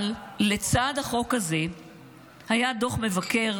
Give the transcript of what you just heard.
אבל לצד החוק הזה היה דוח מבקר